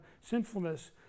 sinfulness